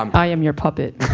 um i am your puppet.